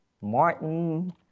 Martin